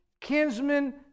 kinsman